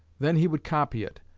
then he would copy it,